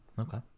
Okay